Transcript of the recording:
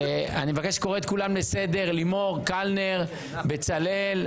אני קורא את כולם לסדר, לימור, קלנר, בצלאל.